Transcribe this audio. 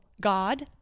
god